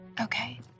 Okay